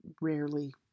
rarely